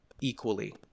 equally